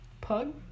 Pug